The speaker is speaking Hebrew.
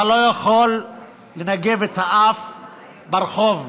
אתה לא יכול לנגב את האף ברחוב,